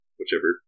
whichever